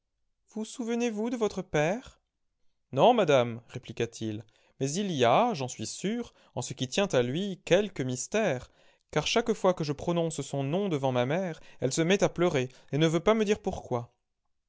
vous souvenez-vous de votre père non madame répliqua-t-il mais il y a j'en suis sûr en ce qui tient à lui quelques mystères car chaque fois que je prononce son nom devant ma mère elle se met à pleurer et ne veut pas me dire pourquoi